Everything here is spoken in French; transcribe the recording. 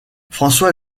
françois